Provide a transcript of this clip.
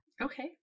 okay